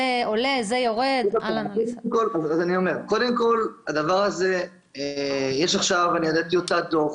קודם כל, יש עכשיו טיוטת דוח